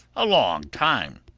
a long time.